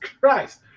Christ